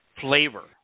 flavor